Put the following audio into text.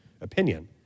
opinion